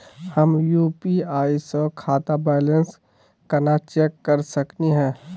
हम यू.पी.आई स खाता बैलेंस कना चेक कर सकनी हे?